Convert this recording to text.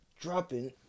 dropping